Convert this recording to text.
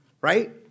right